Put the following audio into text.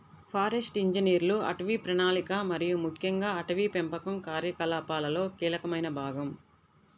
forest ఇంజనీర్లు అటవీ ప్రణాళిక మరియు ముఖ్యంగా అటవీ పెంపకం కార్యకలాపాలలో కీలకమైన భాగం